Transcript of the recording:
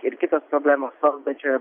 ir kitos problemos valdančioje